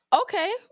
Okay